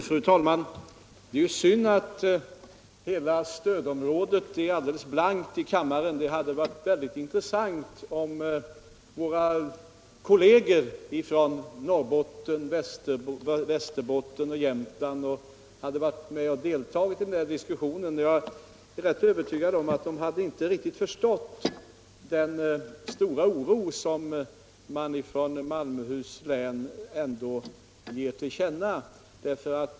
Fru talman! Det är ju synd att hela stödområdet är alldeles orepresenterat i kammaren just nu. Dei hade varit mycket intressant om våra kolleger från Norrbotten, Västerbotten, Jämtland osv. hade deltagit i denna diskussion. Jag är övertygad om att de inte riktigt skulle ha förstått den stora oro som man från Malmöhus län ger till känna.